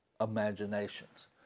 imaginations